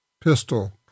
pistol